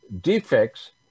defects